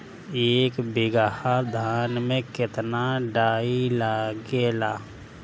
एक बीगहा धान में केतना डाई लागेला?